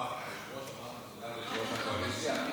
סעיפים 1 12 נתקבלו.